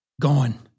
Gone